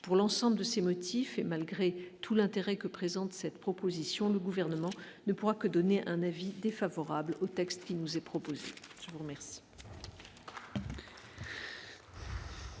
pour l'ensemble de ces motifs et malgré tout l'intérêt que présente cette proposition le gouvernement ne pourra que donner un avis défavorable au texte qui nous est proposé, vous remercie.